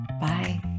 Bye